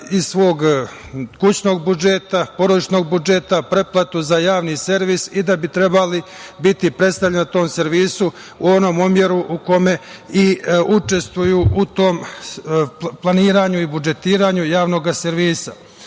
iz svog kućnog, porodičnog budžeta pretplatu za javni servis i da bi trebali biti predstavljeni na tom servisu u onom obimu u kome i učestvuju u tom planiranju i budžetiranju javnog servisa. To